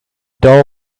door